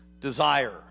Desire